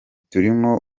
turimo